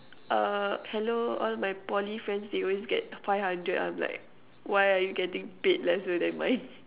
uh hello all my Poly friends they always get five hundred I'm like why are you getting paid lesser then mine